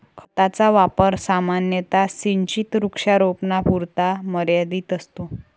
खताचा वापर सामान्यतः सिंचित वृक्षारोपणापुरता मर्यादित असतो